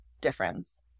difference